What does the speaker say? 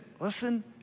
Listen